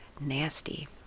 nasty